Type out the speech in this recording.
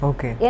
Okay